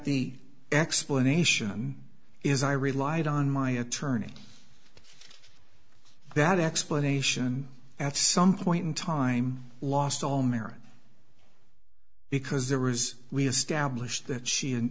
the explanation is i relied on my attorney that explanation at some point in time lost all merit because there was we established that she